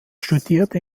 studierte